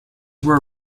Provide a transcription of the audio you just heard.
were